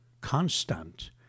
constant